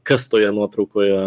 kas toje nuotraukoje